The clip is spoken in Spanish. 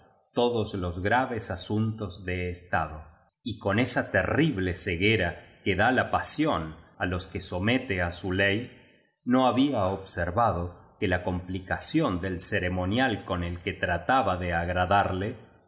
todos los graves asuntos de estado y con esa terrible cegue dad que da la pasión á los que somete á su ley no había ob servado que la complicación del ceremonial con el que trataba de agradarle